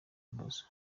ibibazo